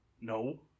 No